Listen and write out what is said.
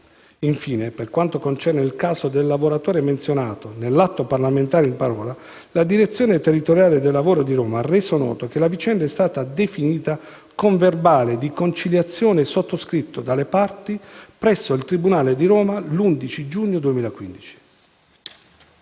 Infine, per quanto concerne il caso del lavoratore menzionato nell'atto parlamentare in parola, la direzione territoriale del lavoro di Roma ha reso noto che la vicenda è stata definita con verbale di conciliazione sottoscritto dalle parti presso il tribunale di Roma l'11 giugno 2015.